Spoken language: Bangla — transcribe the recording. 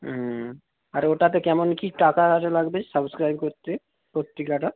উম আর ওটাতে কেমন কী টাকা আরে লাগবে সাবস্ক্রাইব করতে পত্রিকাটা